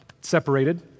separated